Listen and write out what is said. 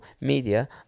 Media